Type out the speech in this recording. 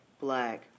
black